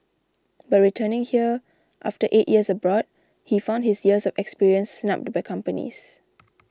but returning here after eight years abroad he found his years of experience snubbed by companies